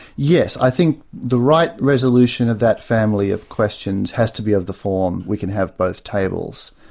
yes, i think the right resolution of that family of questions has to be of the form, we can have both tables.